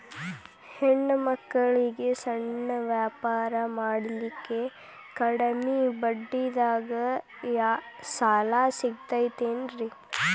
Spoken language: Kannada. ಹೆಣ್ಣ ಮಕ್ಕಳಿಗೆ ಸಣ್ಣ ವ್ಯಾಪಾರ ಮಾಡ್ಲಿಕ್ಕೆ ಕಡಿಮಿ ಬಡ್ಡಿದಾಗ ಸಾಲ ಸಿಗತೈತೇನ್ರಿ?